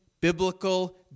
biblical